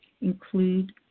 Include